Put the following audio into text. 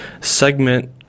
segment